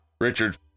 Richard